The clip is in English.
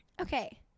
okay